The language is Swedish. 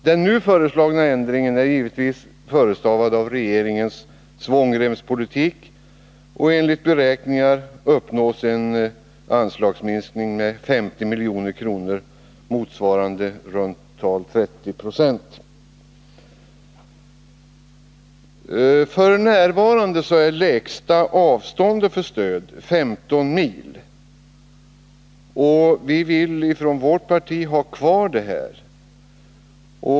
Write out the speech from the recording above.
Den nu föreslagna ändringen är givetvis förestavad av regeringens svångremspolitik, och enligt beräkningar uppnås en anslagsminskning med 50 milj.kr. motsvarande i runt tal 30 96. F.n. är lägsta avståndet för stödet 15 mil. Vi vill från vårt parti har kvar detta.